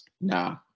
Nah